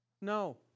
No